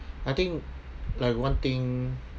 I think like one thing